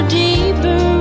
deeper